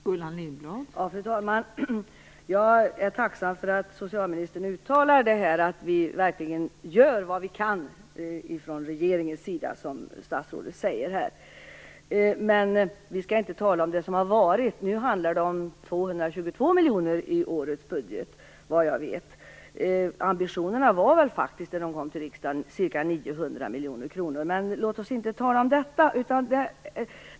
Fru talman! Jag är tacksam för att socialministern uttalar att regeringen gör vad den kan. I årets budget handlar det om 222 miljoner vad jag vet. Ambitionen var väl faktiskt när ärendet kom till riksdagen ca 900 miljoner kronor. Men låt oss inte tala om detta.